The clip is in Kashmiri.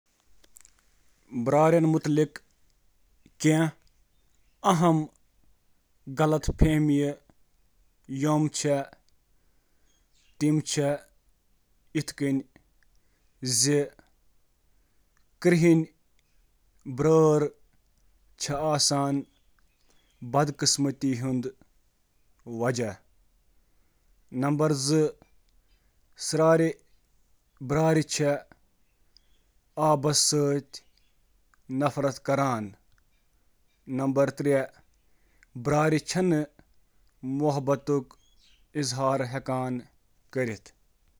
کینٛہہ ساروٕے کھۄتہٕ عام بیٛارِ ہٕنٛدۍ افسانہٕ۔ کرٛہِنۍ بیٛارۍ چھِ بدبخت۔